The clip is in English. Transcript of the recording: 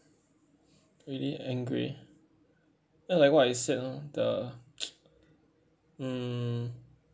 really angry then like what I said lor the mm